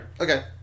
Okay